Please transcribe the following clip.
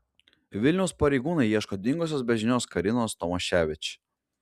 vilniaus pareigūnai ieško dingusios be žinios karinos tomaševič